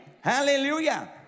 Hallelujah